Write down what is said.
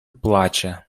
плаче